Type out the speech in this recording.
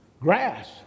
grass